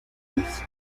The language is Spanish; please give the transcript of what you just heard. ruiz